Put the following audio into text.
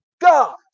God